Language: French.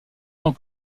tant